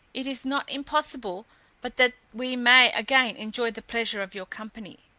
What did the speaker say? it is not impossible but that we may again enjoy the pleasure of your company.